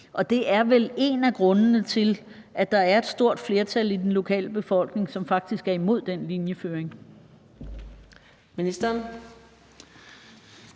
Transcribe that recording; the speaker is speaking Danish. vel også en af grundene til, at der faktisk er et stort flertal i den lokale befolkning, som er imod den linjeføring.